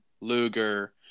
Luger